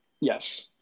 Yes